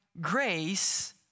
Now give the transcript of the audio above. grace